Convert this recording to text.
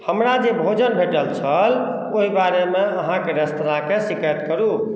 हमरा जे भोजन भेटल छल ओहि बारेमे अहाँ रेस्तराँके शिकायत करू